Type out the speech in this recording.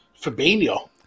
fabinho